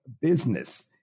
business